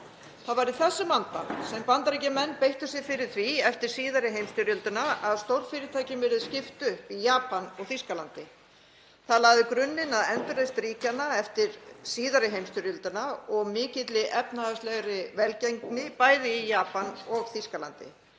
Það var í þessum anda sem Bandaríkjamenn beittu sér fyrir því eftir síðari heimsstyrjöldina að stórfyrirtækjum yrði skipt upp í Japan og Þýskalandi. Það lagði grunninn að endurreisn ríkjanna eftir síðari heimsstyrjöldina og mikilli efnahagslegri velgengni, bæði í Japan og Þýskalandi.